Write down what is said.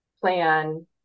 plan